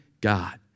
God